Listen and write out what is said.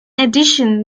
addition